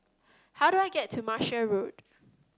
how do I get to Martia Road